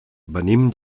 venim